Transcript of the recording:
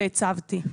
והצבתי.